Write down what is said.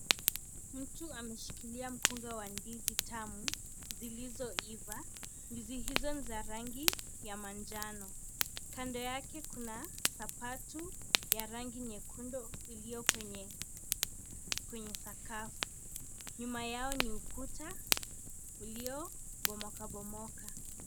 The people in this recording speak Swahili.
Mtu ameshikilia mkunga wa ndizi tamu, zilizoiva. Ndizi hizo ni za rangi ya manjano. Kando yake kuna sabatu ya rangi nyekundu iliyo kwenye kwenye sakafu. Nyuma yao ni ukuta uliobomokabomoka.